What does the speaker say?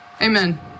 Amen